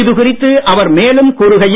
இதுகுறித்து அவர் மேலும் கூறுகையில்